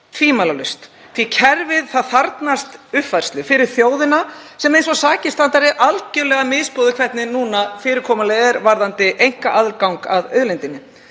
tvímælalaust, því kerfið þarfnast uppfærslu fyrir þjóðina sem eins og sakir standa er algerlega misboðið hvernig fyrirkomulagið er varðandi einkaaðgang að auðlindinni.